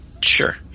Sure